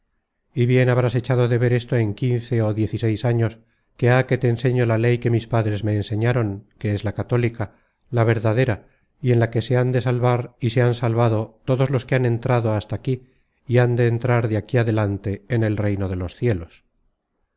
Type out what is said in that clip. y bien habrás echado de ver esto en quince ó diez y seis años que há que te enseño la ley que mis padres me enseñaron que es la católica la verdadera y en la que se han de salvar y se han salvado todos los que han entrado hasta aquí y han de entrar de aquí adelante en el reino de los cielos